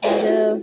आरो